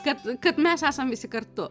kad kad mes esam visi kartu